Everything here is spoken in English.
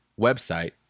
website